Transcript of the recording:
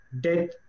death